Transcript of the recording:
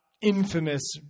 infamous